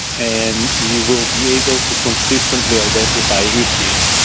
and you will be able to consistently identify issues.